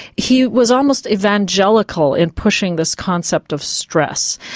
he was almost evangelical in pushing this concept of stress.